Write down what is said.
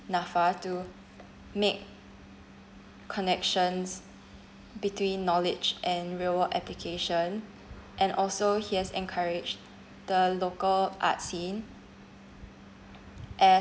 NAFA to make connections between knowledge and real world application and also he has encouraged the local art scene and